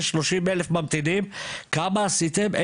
30,000-26,000 ממתינים וכמה עשיתם?